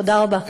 תודה רבה.